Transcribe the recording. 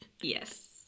Yes